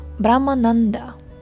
Brahmananda